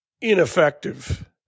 ineffective